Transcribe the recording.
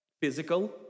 Physical